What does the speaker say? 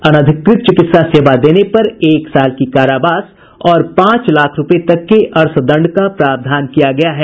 अनधिकृत चिकित्सा सेवा देने पर एक साल की कारावास और पांच लाख रूपये तक के अर्थदंड का प्रावधान किया गया है